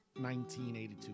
1982